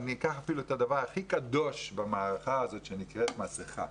אני אקח את הדבר הכי קדוש במערכה הזאת שנקראת מסכה,